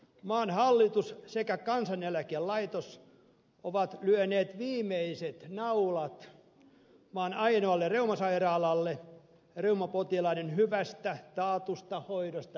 maan hallitus sekä kansaneläkelaitos ovat lyöneet viimeiset naulat maan ainoalle reumasairaalalle reumapotilaiden hyvästä taatusta hoidosta välittämättä